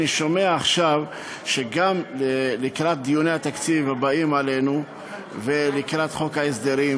אני שומע עכשיו שגם לקראת דיוני התקציב הבאים עלינו ולקראת חוק ההסדרים,